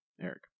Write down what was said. Eric